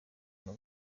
guma